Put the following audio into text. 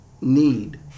need